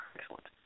excellent